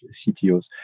CTOs